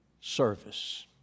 service